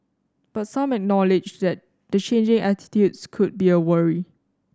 but some acknowledged that the changing attitudes could be a worry